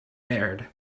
aired